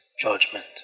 judgment